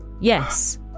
Yes